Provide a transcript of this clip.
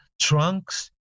trunks